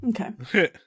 Okay